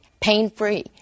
pain-free